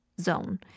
zone